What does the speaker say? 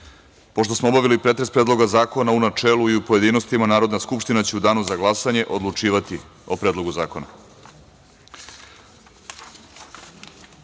smo obavili pretres Predloga zakona u načelu i u pojedinostima, Narodna skupština će u danu za glasanje odlučivati o Predlogu